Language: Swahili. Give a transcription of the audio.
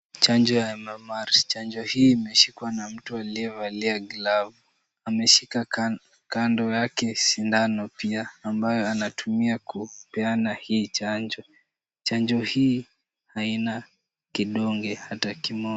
Chanjo ya MMR, chanjo hii imeshikwa na mtu aliyevalia glavu. Ameshika kando yake sindano pia ambayo anatumia kupeana hii chanjo. Chanjo hii haina kidonge hata kimoja.